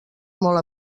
molt